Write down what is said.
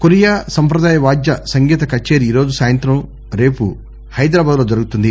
Korea సంప్రదాయ వాద్య సంగీత కచేరీ ఈరోజు సాయంత్రం రేపు హైదరాబాద్లో జరుగుతుంది